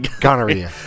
gonorrhea